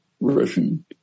Russian